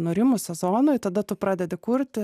nurimus sezonui tada tu pradedi kurti